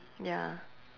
ya